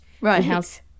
Right